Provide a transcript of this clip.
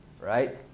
Right